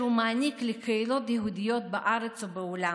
הוא מעניק לקהילות יהודיות בארץ ובעולם.